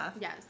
Yes